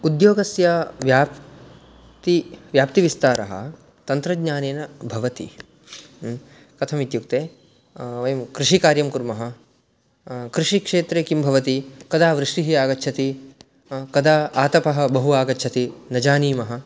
उद्योगस्य व्याप्तिः व्याप्तिविस्तारः तन्त्रज्ञानेन भवति कथम् इत्युक्ते वयं कृषिकार्यं कुर्मः कृषिक्षेत्रे किं भवति कदा वृष्टिः आगच्छति कदा आतपः बहु आगच्छति न जानीमः